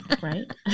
Right